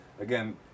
again